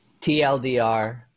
TLDR